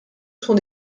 sont